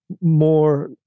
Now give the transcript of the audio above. more